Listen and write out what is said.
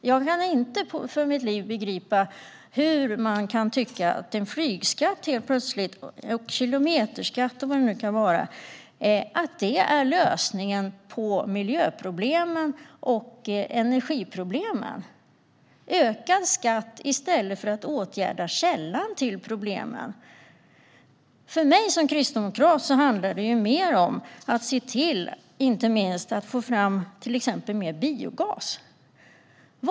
Jag kan inte för mitt liv begripa hur man kan tycka att flygskatt, kilometerskatt och vad det nu kan vara är lösningen på miljö och energiproblemen - ökad skatt i stället för att åtgärda källan till problemen. För mig som kristdemokrat handlar det mer om att se till att få fram till exempel mer biogas.